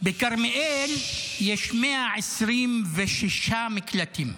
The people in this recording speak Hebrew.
בכרמיאל יש 126 מקלטים.